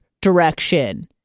direction